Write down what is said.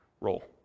role